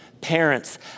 Parents